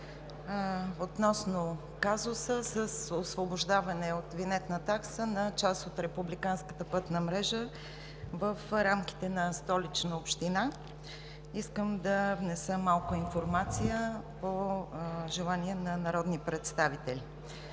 Относно казуса с освобождаване от винетна такса на част от републиканската пътна мрежа в рамките на Столична община искам да внеса малко информация по желание на народни представители.